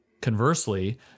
Conversely